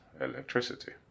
electricity